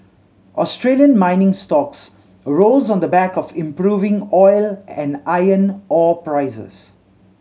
Australian mining stocks rose on the back of improving oil and iron ore prices